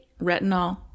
retinol